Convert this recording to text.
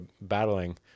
battling